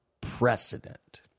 precedent